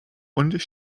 und